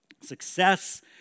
success